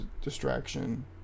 distraction